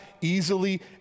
easily